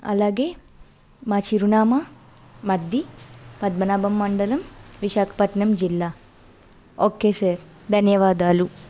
అలాగే మా చిరునామా మద్ది పద్మనాభం మండలం విశాఖపట్నం జిల్లా ఓకే సార్ ధన్యవాదాలు